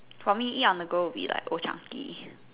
for me ya my go will be old Changi